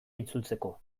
itzultzeko